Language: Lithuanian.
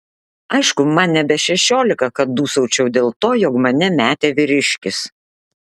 aišku man nebe šešiolika kad dūsaučiau dėl to jog mane metė vyriškis